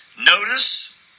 Notice